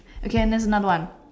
okay and there's another one